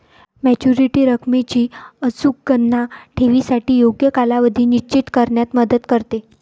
maturity रकमेची अचूक गणना ठेवीसाठी योग्य कालावधी निश्चित करण्यात मदत करते